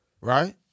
right